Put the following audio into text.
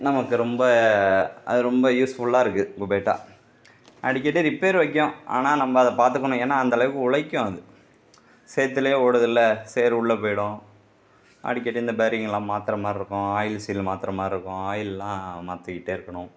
நமக்கு ரொம்ப அது ரொம்ப யூஸ்ஃபுல்லாயிருக்கு குபேட்டா அடிக்கடி ரிப்பேர் வைக்கும் ஆனால் நம்ம அதை பார்த்துக்கணும் ஏன்னா அந்த அளவுக்கு உழைக்கும் அது சேற்றிலேயே ஓடுதுல சேறு உள்ளே போய்விடும் அடிக்கடி இந்த பேரிங்கெல்லாம் மாத்துகிற மாரி இருக்கும் ஆயில் சைடு மாத்துகிற மாரி இருக்கும் ஆயில்லாம் மாற்றிக்கிட்டே இருக்கணும்